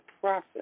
process